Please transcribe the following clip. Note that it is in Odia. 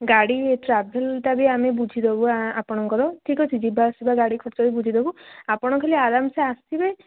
ଗାଡ଼ି ଟ୍ରାଭେଲ୍ଟା ବି ଆମେ ବୁଝି ଦେବୁ ଆପଣଙ୍କର ଠିକ୍ ଅଛି ଯିବା ଆସିବା ଗାଡ଼ି ଖର୍ଚ୍ଚ ବି ବୁଝି ଦେବୁ ଆପଣ ଖାଲି ଆରାମ ସେ ଆସିବେ